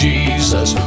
Jesus